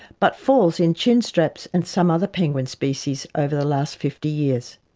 but falls in chinstraps and some other penguin species over the last fifty years.